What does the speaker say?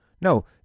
no